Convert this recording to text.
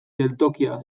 geltokia